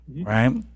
right